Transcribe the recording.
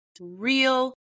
real